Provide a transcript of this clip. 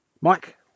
Mike